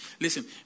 Listen